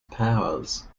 powers